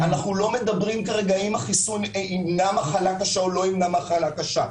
אנחנו לא מדברים כרגע אם החיסון ימנע מחלה קשה או לא ימנע מחלה קשה,